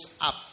up